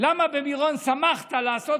למה על מירון שמחת לעשות,